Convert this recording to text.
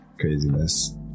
craziness